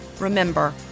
Remember